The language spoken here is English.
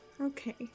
Okay